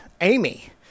Amy